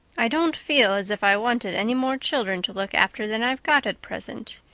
i don't feel as if i wanted any more children to look after than i've got at present.